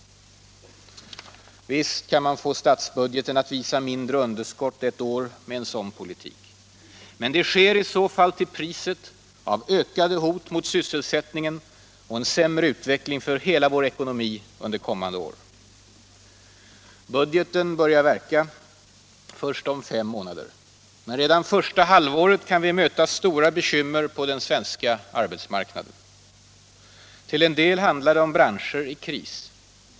Visst kan man få statsbudgeten att visa mindre underskott ett år med en sådan politik. Men det sker i så fall till priset av ökat hot mot sysselsättningen och en sämre utveckling för hela vår ekonomi under kommande år. Budgeten börjar verka först om fem månader. Men redan första halvåret kan vi möta stora bekymmer på den svenska arbetsmarknaden. Till en del handlar det om branscher i kris.